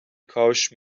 کاش